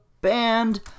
band